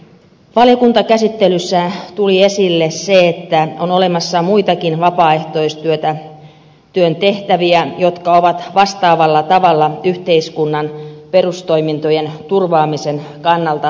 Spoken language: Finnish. valiokuntakäsittelyssä tuli esille se että on olemassa muitakin vapaaehtoistyön tehtäviä jotka ovat vastaavalla tavalla yhteiskunnan perustoimintojen turvaamisen kannalta tärkeitä